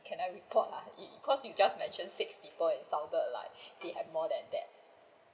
can I report ah cos' you just mentioned six people and it sounded like they have more than that